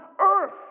earth